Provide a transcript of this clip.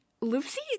Lucy